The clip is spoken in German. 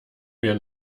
wir